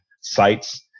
sites